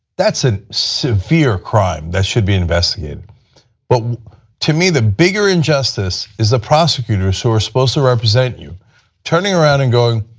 a severe crime that should be investigated but to me, the bigger injustice is the prosecutors who are supposed to represent you turning around and going,